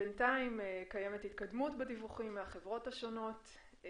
בינתיים קיימת התקדמות בדיווחים מן החברות השונות.